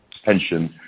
pension